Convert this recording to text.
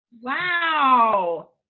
Wow